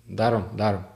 darom darom